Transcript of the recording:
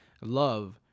love